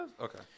Okay